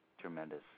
Tremendous